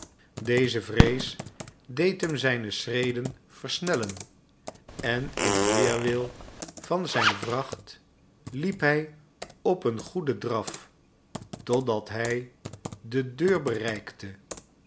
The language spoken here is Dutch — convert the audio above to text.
deze vrees deed hem zijne schreden versnellen en in weerwil van zijne vracht liep hij op een goeden draf totdat hij de deur bereikte